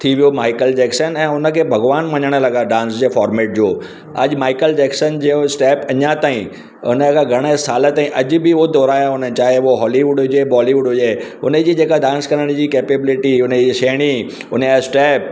थी वियो Michael Jackson ऐं हुनखे भॻवानु मञणु लॻा डांस जे फॉर्मेट जो अॼु माइकल जैक्सन जहिड़ो स्टैप अञां ताईं उनजे घणा साल ते अॼु बि उहो दुहिरायो चाहे उहो हॉलीवुड हुजे बॉलीवुड हुजे उनजी जेका डांस करण जी कैपबिलिटी उनजी श्रेणी उनजा स्टैप